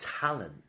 talent